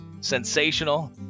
sensational